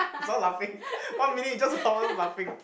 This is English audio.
it's all laughing one minute just of us laughing